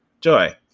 Joy